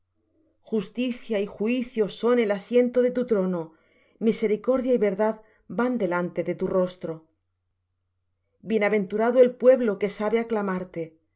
justicia y juicio son el asiento de tu trono misericordia y verdad van delante de tu rostro bienaventurado el pueblo que sabe aclamarte